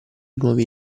nuovi